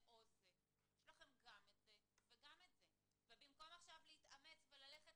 יש לכם את זה ואת זה ובמקום להתאמץ וללכת